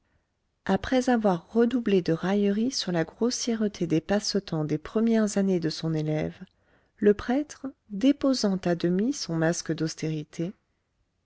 après avoir redoublé de railleries sur la grossièreté des passe-temps des premières années de son élève le prêtre déposant à demi son masque d'austérité